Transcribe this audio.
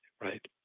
right